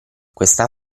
questa